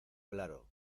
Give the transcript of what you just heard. claro